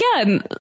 again